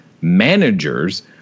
managers